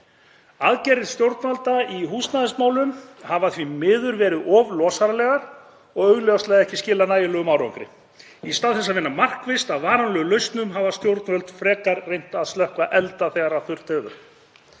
Aðgerðir stjórnvalda í húsnæðismálum hafa því miður verið of losaralegar og augljóslega ekki skilað nægilegum árangri. Í stað þess að vinna markvisst að varanlegum lausnum hafa stjórnvöld frekar reynt að slökkva elda þegar þurft hefur.